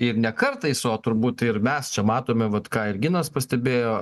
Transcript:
ir ne kartais o turbūt ir mes čia matome vat ką ir ginas pastebėjo